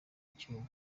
icyuma